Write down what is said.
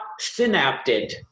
synapted